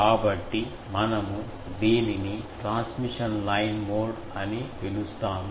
కాబట్టి మనము దీనిని ట్రాన్స్మిషన్ లైన్ మోడ్ అని పిలుస్తాము